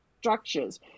structures